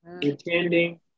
Pretending